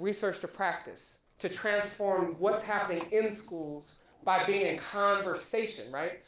research to practice. to transform what's happening in schools by being in conversation, right,